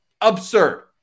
absurd